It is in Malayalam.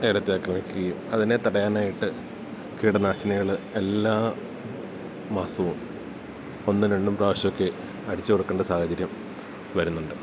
ഏലത്തെ ആക്രമിക്കുകയും അതിനെ തടയാനായിട്ട് കീടനാശിനികള് എല്ലാ മാസവും ഒന്നും രണ്ടും പ്രാവശ്യമൊക്കെ അടിച്ചുകൊടുക്കേണ്ട സാഹചര്യം വരുന്നുണ്ട്